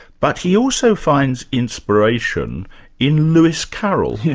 but he also finds inspiration in lewis carroll, yeah